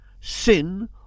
sin